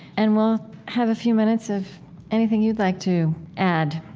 and we'll have a few minutes of anything you'd like to add